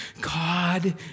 God